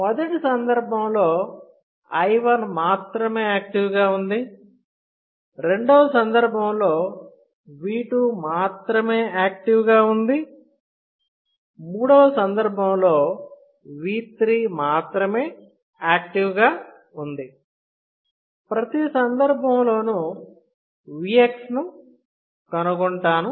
మొదటి సందర్భంలో i1 మాత్రమే యాక్టివ్ గా ఉంది రెండవ సందర్భంలో V2 మాత్రమే యాక్టివ్ గా ఉంది మూడవ సందర్భంలో V3 మాత్రమే యాక్టివ్ గా ఉంది ప్రతి సందర్భంలోనూ Vx ను కనుగొంటాను